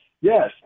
yes